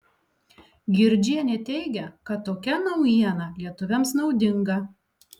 girdžienė teigia kad tokia naujiena lietuviams naudinga